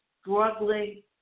struggling